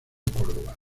córdoba